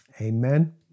Amen